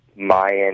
mayan